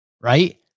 right